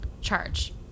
charge